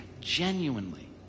genuinely